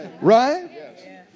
Right